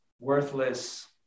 worthless